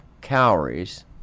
calories